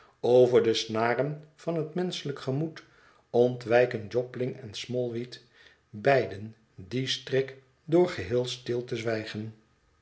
over de snaren van het menschelijk gemoed ontwijken jobling en smallweed beide dien strik door geheel stil te zwijgen